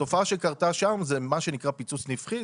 התופעה שם זה מה שנקרא פיצוץ נפחי.